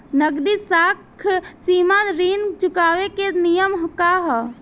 नगदी साख सीमा ऋण चुकावे के नियम का ह?